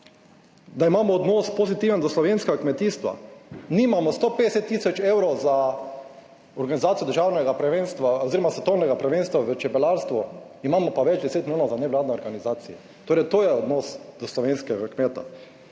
da imamo odnos pozitiven do slovenskega kmetijstva, nimamo 150 tisoč evrov za organizacijo državnega prvenstva oziroma svetovnega prvenstva v čebelarstvu, imamo pa več 10 milijonov za nevladne organizacije. Torej to je odnos do slovenskega kmeta.